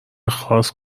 خاص